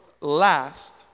last